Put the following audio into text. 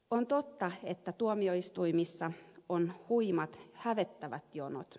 on totta että tuomioistuimissa on huimat hävettävät jonot